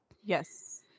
Yes